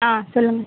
ஆ சொல்லுங்கள்